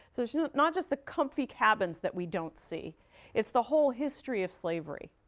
so, it's you know not just the komfee kabins that we don't see it's the whole history of slavery.